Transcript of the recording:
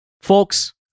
Folks